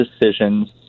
decisions